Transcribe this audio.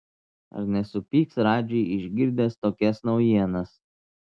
ar nesupyks radži išgirdęs tokias naujienas